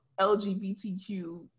LGBTQ